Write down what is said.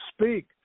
Speak